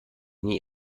nie